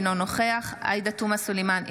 אינו נוכח עאידה תומא סלימאן,